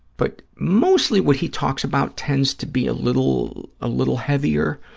but mostly what he talks about tends to be a little ah little heavier.